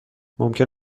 ممکن